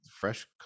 fresh